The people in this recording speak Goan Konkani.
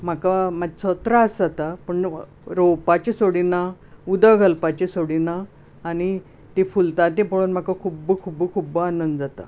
म्हाका मातसो त्रास जाता पूण रोंवपाचे सोडीना उदक घालपाचें सोडीना आनी ती फुलतात तें पळोवन म्हाका खूब्ब खूब्ब खूब्ब आनंद जाता